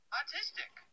autistic